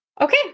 Okay